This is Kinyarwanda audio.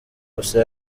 gusa